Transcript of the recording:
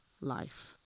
life